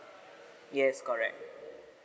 yes correct